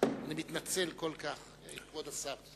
אני מתנצל כל כך, כבוד השר.